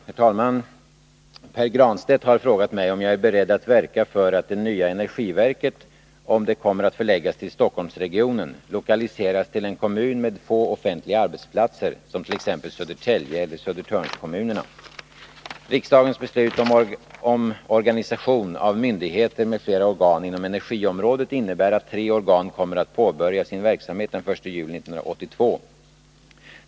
Herr talman! Pär Granstedt har frågat mig om jag är beredd att verka för att det nya energiverket, om det kommer att förläggas till Stockholmsregionen, lokaliseras till en kommun med få offentliga arbetsplatser, t.ex. Södertälje eller Södertörnskommunerna. Riksdagens beslut om omorganisation av myndigheter m.fl. organ inom energiområdet innebär att tre organ kommer att påbörja sin verksamhet den 1 juli 1982.